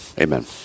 Amen